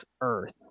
earth